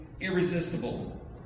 irresistible